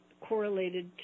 correlated